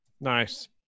Nice